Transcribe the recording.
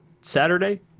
Saturday